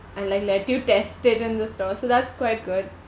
and like let you test it in the store so that's quite good